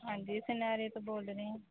ਹਾਂਜੀ ਸਨਿਆਰੇ ਤੋਂ ਬੋਲ ਰਹੇ ਹਾਂ